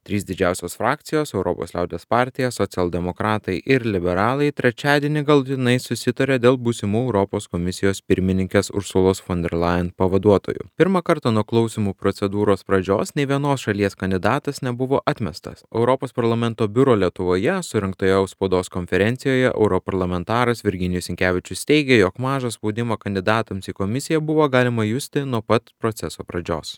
trys didžiausios frakcijos europos liaudies partija socialdemokratai ir liberalai trečiadienį galutinai susitarė dėl būsimų europos komisijos pirmininkės ursulos fon der lajen pavaduotojų pirmą kartą nuo klausymų procedūros pradžios nė vienos šalies kandidatas nebuvo atmestas europos parlamento biuro lietuvoje surengtoje spaudos konferencijoje europarlamentaras virginijus sinkevičius teigė jog mažą spaudimą kanidatams į komisiją buvo galima justi nuo pat proceso pradžios